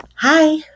Hi